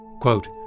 Quote